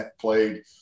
played